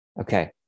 Okay